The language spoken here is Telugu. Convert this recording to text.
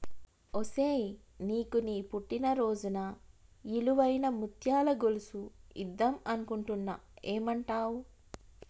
ఒసేయ్ నీకు నీ పుట్టిన రోజున ఇలువైన ముత్యాల గొలుసు ఇద్దం అనుకుంటున్న ఏమంటావ్